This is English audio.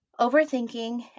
overthinking